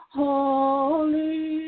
holy